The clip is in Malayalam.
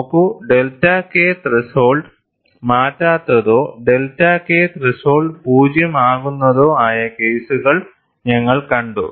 നോക്കൂ ഡെൽറ്റ K ത്രെഷോൾഡ് മാറ്റാത്തതോ ഡെൽറ്റ K ത്രെഷോൾഡ് 0 ആകുന്നതോ ആയ കേസുകൾ ഞങ്ങൾ കണ്ടു